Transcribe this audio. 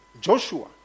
Joshua